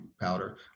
powder